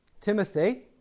Timothy